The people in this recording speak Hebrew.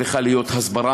צריכה להיות הסברה.